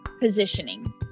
positioning